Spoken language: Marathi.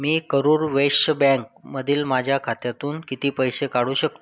मी करूर वैश्य बँकमधील माझ्या खात्यातून किती पैशे काढू शकतो